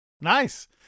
Nice